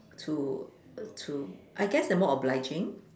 to to I guess they're more obliging